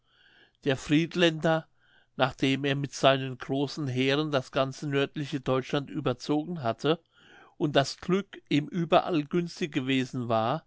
der friedländer nachdem er mit seinen großen heeren das ganze nördliche deutschland überzogen hatte und das glück ihm überall günstig gewesen war